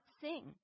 sing